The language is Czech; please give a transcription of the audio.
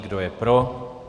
Kdo je pro?